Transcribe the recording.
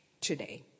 today